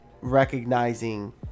recognizing